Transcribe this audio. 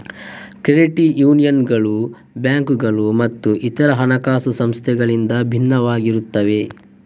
credit ಯೂನಿಯನ್ಗಳು ಬ್ಯಾಂಕುಗಳು ಮತ್ತು ಇತರ ಹಣಕಾಸು ಸಂಸ್ಥೆಗಳಿಂದ ಭಿನ್ನವಾಗಿರುತ್ತವೆ